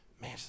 man